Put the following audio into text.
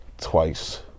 twice